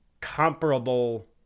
comparable